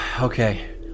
Okay